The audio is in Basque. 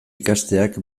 ikasteak